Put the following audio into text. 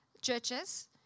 churches